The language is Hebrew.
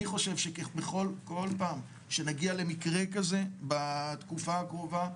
אני חושב שבכל פעם שנגיע למקרה כזה בתקופה הקרובה,